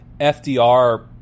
FDR